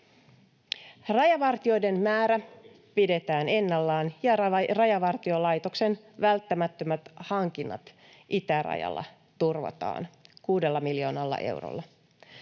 Rajavartijoiden määrä pidetään ennallaan, ja Rajavartiolaitoksen välttämättömät hankinnat itärajalla turvataan kuudella miljoonalla eurolla.